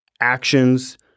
actions